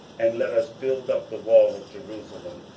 and let us build up the wall of jerusalem,